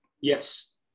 Yes